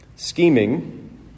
Scheming